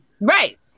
Right